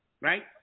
Right